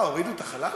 אה, הורידו את החלל?